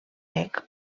grec